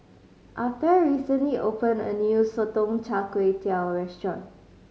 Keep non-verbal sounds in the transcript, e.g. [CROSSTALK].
Arthur recently opened a new Sotong Char Kway [UNINTELLIGIBLE] restaurant